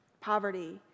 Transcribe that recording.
poverty